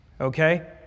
okay